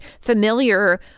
familiar